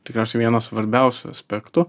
tikriausiai vienas svarbiausių aspektų